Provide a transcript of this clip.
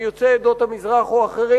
אם הם יוצאי עדות המזרח או אחרים,